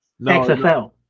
XFL